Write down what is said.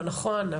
לא נכון,